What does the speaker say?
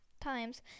times